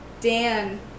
Dan